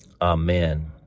amen